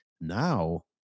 Now